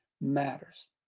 matters